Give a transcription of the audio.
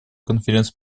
конференции